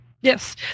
Yes